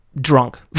drunk